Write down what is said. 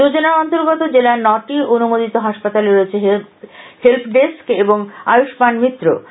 যোজনার অন্তর্গত জেলার নয়টি অনুমোদিত হাসপাতালে রয়েছে হেল্প ডেস্ক এবং আয়ুপ্মান মিত্র